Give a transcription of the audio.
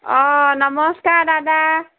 অঁ নমস্কাৰ দাদা